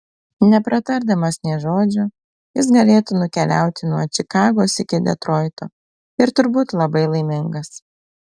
nepratardamas nė žodžio jis galėtų nukeliauti nuo čikagos iki detroito ir turbūt labai laimingas